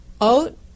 Oat